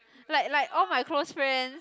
like like all my close friends